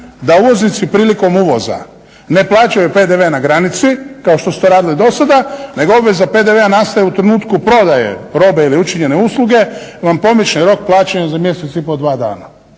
da uvoznici prilikom uvoza ne plaćaju PDV na granici kao što su to radili do sada, nego obveza PDV nastaje u trenutku prodaje robe ili učinjene usluge, vam pomiče rok plaćanja za mjesec i pol, dva dana.